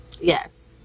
Yes